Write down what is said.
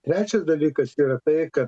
trečias dalykas yra tai kad